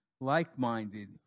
like-minded